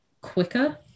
quicker